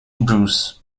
bruce